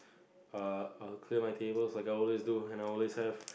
err I'll clear my tables like I always do and I'll always have